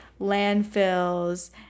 landfills